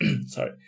sorry